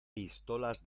pistolas